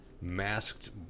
masked